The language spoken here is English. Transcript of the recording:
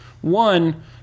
One